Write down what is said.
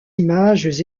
images